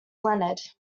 leonard